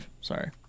Sorry